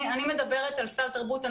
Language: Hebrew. אני מדברת על סל תרבות.